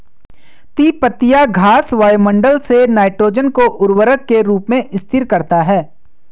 तिपतिया घास वायुमंडल से नाइट्रोजन को उर्वरक के रूप में स्थिर करता है